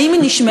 האם היא נשמעה?